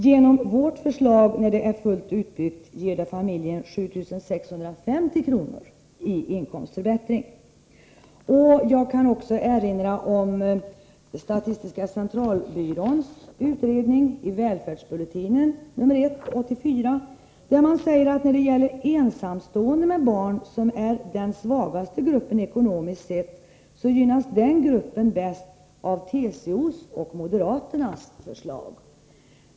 Med vårt förslag, när systemet är fullt utbyggt, får familjen en inkomstförbättring med 7 650 kr. Jag kan också erinra om statistiska centralbyråns utredning i Välfärdsbulletinen nr 1 1984, där man säger att gruppen ensamstående med barn, som är den svagaste gruppen ekonomiskt sett, gynnas bäst av TCO:s och moderaternas förslag.